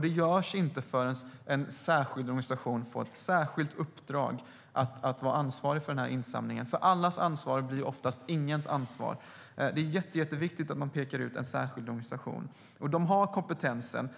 Det görs inte förrän en särskild organisation får ett särskilt uppdrag att vara ansvarig för insamlingen. Allas ansvar blir oftast ingens ansvar. Det är jätteviktigt att man pekar ut en särskild organisation. De har kompetensen,